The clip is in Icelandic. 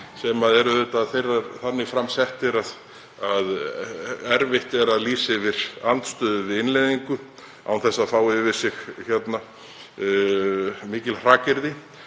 Ýmsir sáttmálar eru þannig fram settir að erfitt er að lýsa yfir andstöðu við innleiðingu án þess að fá yfir sig mikil hrakyrði.